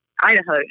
Idaho